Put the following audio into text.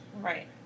Right